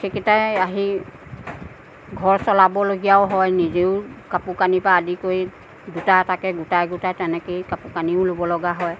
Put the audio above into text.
সেইকিটাই আহি ঘৰ চলাবলগীয়াও হয় নিজেও কাপোৰ কানিৰ পৰা আদি কৰি দুটা এটাকৈ গোটাই গোটাই তেনেকৈয়েই কাপোৰ কানিও ল'বলগা হয়